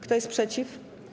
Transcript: Kto jest przeciw?